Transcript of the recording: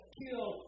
kill